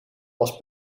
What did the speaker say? was